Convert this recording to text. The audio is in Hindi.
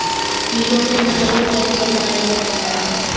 कीटों से फसल को कैसे बचाया जा सकता है?